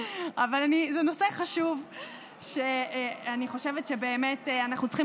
זה נושא חשוב שאני חושבת שבאמת אנחנו צריכים